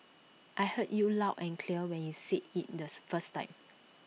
I heard you loud and clear when you said IT this first time